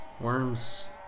Worms